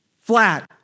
Flat